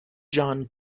john